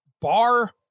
bar